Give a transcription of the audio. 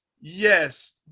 Yes